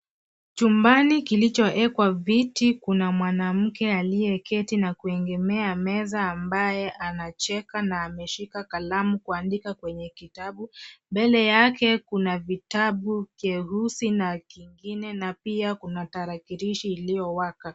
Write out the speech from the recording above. Chumbani kilichoekwa viti kuna mwanamke aliyeketi na kuegemea meza ambaye anacheka na ameshika kalamu kuandika kwenye kitabu. Mbele yake kuna vitabu vyeusi na kingine na pia kunatarajirisha iliyowaka.